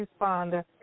responder